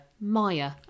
Maya